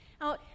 Now